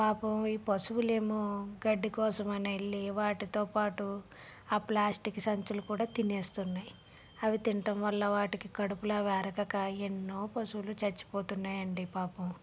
పాపం ఈ పశువులేమో గడ్డి కోసమనెళ్ళి వాటితో పాటు ఆ ప్లాస్టిక్ సంచులు కూడా తినేస్తున్నయి అవి తింటం వల్ల వాటికి కడుపులో అవి అరగక ఎన్నో పశువులు చచ్చిపోతున్నాయండి పాపం